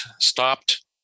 stopped